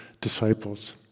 disciples